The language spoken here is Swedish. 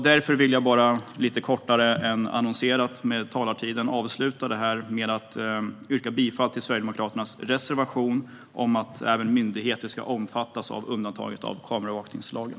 Därför vill jag med lite kortare talartid än den annonserade avsluta med att yrka bifall till Sverigedemokraternas reservation om att även myndigheter ska omfattas av undantaget i kameraövervakningslagen.